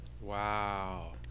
Wow